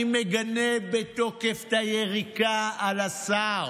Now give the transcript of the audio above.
אני מגנה בתוקף את היריקה על השר,